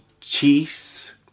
cheese